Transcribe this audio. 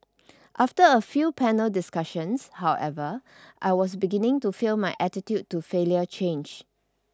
after a few panel discussions however I was beginning to feel my attitude to failure change